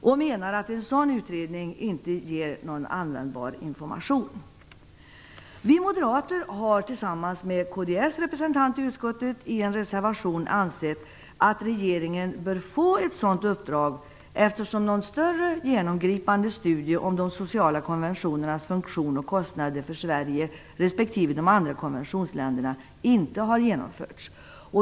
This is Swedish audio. Man menar att en sådan utredning inte ger någon användbar information. Vi moderater har tillsammans med kds representant i utskottet i en reservation ansett att regeringen bör få ett sådant uppdrag, eftersom någon större genomgripande studie om de sociala konventionernas funktion och kostnader för Sverige respektive de andra konventionsländerna inte har genomförts.